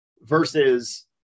versus